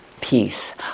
peace